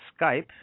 Skype